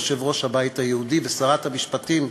יושב-ראש הבית היהודי ושרת המשפטים,